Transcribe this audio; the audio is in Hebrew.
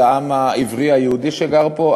לעם העברי היהודי שגר פה,